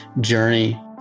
journey